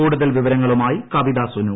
കൂടുതൽ വിവരങ്ങളുമായി കവിത സുനു